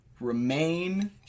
Remain